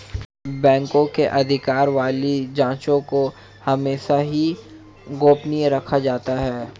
बैंकों के अधिकार वाली जांचों को हमेशा ही गोपनीय रखा जाता है